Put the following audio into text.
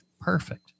Perfect